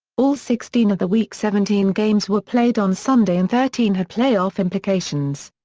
all sixteen of the week seventeen games were played on sunday and thirteen had playoff implications.